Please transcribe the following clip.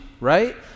right